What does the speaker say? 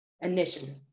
initially